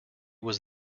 was